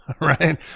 Right